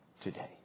today